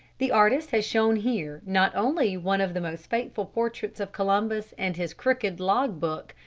the artist has shown here not only one of the most faithful portraits of columbus and his crooked log-book,